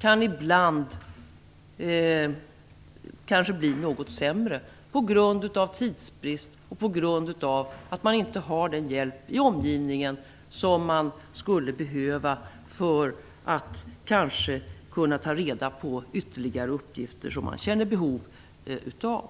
kan ibland kanske bli något sämre på grund av tidsbrist och att man inte har den hjälp i omgivningen som man skulle behöva för att kanske kunna ta reda på ytterligare uppgifter som man känner behov av.